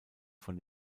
von